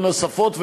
נוספות,